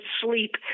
sleep